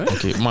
Okay